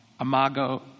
amago